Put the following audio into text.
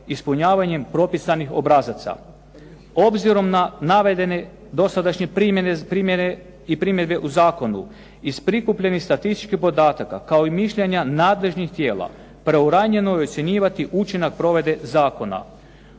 ispunjavanjem propisanih obrazaca. Obzirom na navedene dosadašnje primjere i primjedbe u zakonu iz prikupljenih statističkih podataka kao i mišljenja nadležnih tijela preuranjeno je ocjenjivati učinak provedbe zakona.